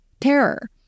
terror